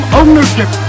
ownership